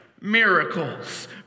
miracles